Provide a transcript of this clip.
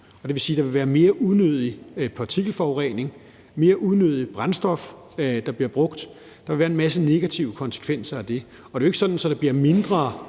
det vil sige, at der vil være mere unødig partikelforurening og mere brændstof, der bliver brugt unødigt. Der vil være en masse negative konsekvenser af det, og det er ikke sådan, at der bliver mindre